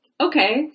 okay